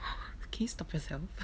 can you stop yourself